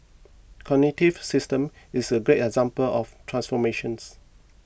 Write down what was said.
Cognitive Systems is a great example of transformations